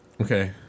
Okay